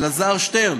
אלעזר שטרן,